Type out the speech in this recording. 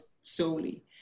solely